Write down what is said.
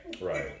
Right